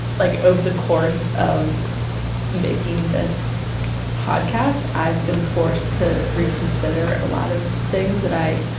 like over the course of making this podcast i've been forced to reconsider a lot of things that i